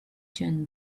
june